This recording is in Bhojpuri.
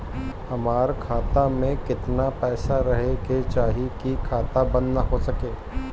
हमार खाता मे केतना पैसा रहे के चाहीं की खाता बंद ना होखे?